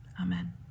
Amen